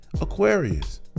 Aquarius